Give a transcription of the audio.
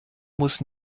muss